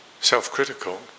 self-critical